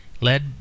led